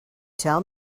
tell